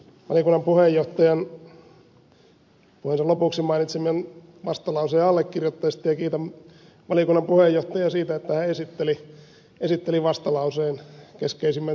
olen yksi valiokunnan puheenjohtajan puheensa lopuksi mainitseman vastalauseen allekirjoittajista ja kiitän valiokunnan puheenjohtajaa siitä että hän esitteli vastalauseen keskeisimmän sisällön